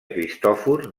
cristòfor